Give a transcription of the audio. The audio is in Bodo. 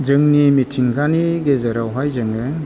जोंनि मिथिंगानि गेजेरावहाय जोङो